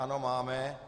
Ano, máme.